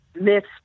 myths